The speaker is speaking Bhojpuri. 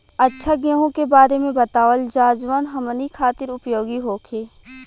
अच्छा गेहूँ के बारे में बतावल जाजवन हमनी ख़ातिर उपयोगी होखे?